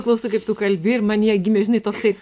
klausau kaip tu kalbi ir manyje gimė žinai toksai